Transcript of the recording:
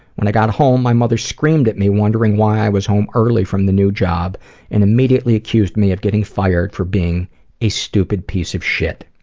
when i got home, my mother screamed at me, wondering why i was home early from the new job and immediately accused me of getting fired for being a stupid piece of shit.